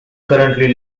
currently